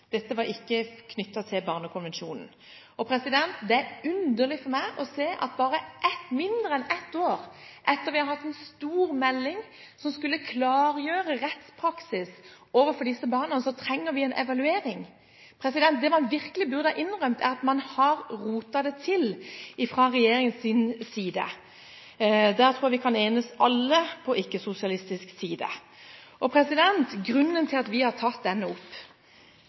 Dette var ikke knyttet til barnekonvensjonen. Det er underlig for meg å se at mindre enn ett år etter at vi fikk en stor melding som skulle klargjøre rettspraksis overfor disse barna, trenger vi en evaluering. Det man virkelig burde ha innrømmet, var at man fra regjeringens side har rotet det til. Der tror jeg alle vi på ikke-sosialistisk side kan enes. Grunnen til at vi har tatt dette opp